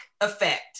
effect